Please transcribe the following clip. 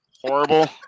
Horrible